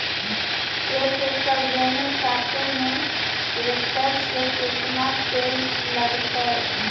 एक एकड़ गेहूं काटे में टरेकटर से केतना तेल लगतइ?